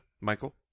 Michael